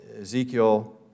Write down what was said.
Ezekiel